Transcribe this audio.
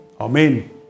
Amen